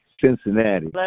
Cincinnati